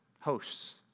Hosts